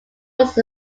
was